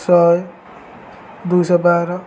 ଶହେ ଦୁଇଶହ ବାର